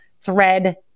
thread